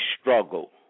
struggle